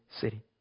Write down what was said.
city